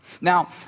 Now